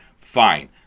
Fine